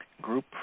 group